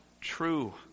true